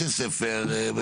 בתי ספר,